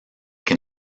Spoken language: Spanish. que